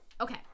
okay